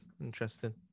Interesting